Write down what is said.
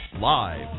Live